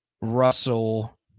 Russell